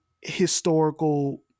historical